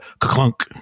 clunk